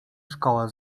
szkoła